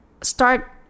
start